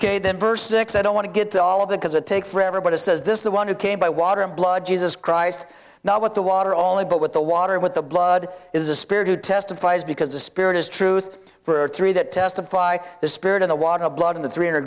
then verse six i don't want to get to all of the because it takes forever but it says this the one who came by water and blood jesus christ now with the water only but with the water with the blood is a spirit who testifies because the spirit is truth for three that testify the spirit in the water the blood in the three hundred